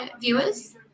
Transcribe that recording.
viewers